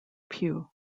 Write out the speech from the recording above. pugh